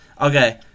Okay